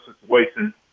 situation